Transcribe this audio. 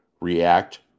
react